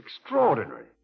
Extraordinary